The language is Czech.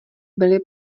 byly